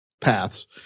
paths